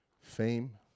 fame